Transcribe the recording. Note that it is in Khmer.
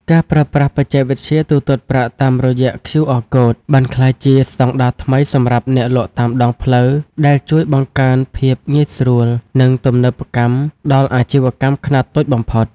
ការប្រើប្រាស់បច្ចេកវិទ្យាទូទាត់ប្រាក់តាមរយៈQR Code បានក្លាយជាស្តង់ដារថ្មីសម្រាប់អ្នកលក់តាមដងផ្លូវ ដែលជួយបង្កើនភាពងាយស្រួល និងទំនើបកម្មដល់អាជីវកម្មខ្នាតតូចបំផុត។